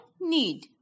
need